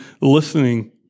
listening